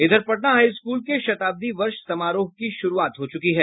इधर Patna high school के शताब्दी वर्ष समारोह की शुरूआत हो चुकी है